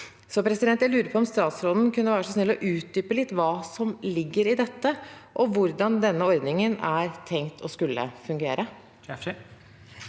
en grense. Jeg lurer på om statsråden kunne være så snill å utdype litt hva som ligger i dette, og hvordan denne ordningen er tenkt å skulle fungere?